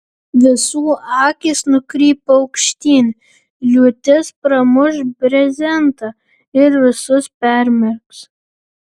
visų akys nukrypo aukštyn liūtis pramuš brezentą ir visus permerks